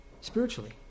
spiritually